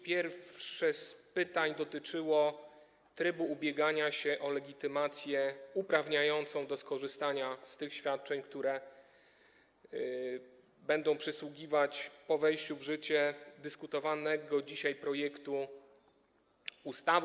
Pierwsze z pytań dotyczyło trybu ubiegania się o legitymację uprawniającą do skorzystania z tych świadczeń, które będą przysługiwać po wejściu w życie dyskutowanego dzisiaj projektu ustawy.